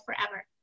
forever